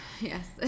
yes